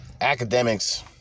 academics